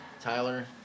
Tyler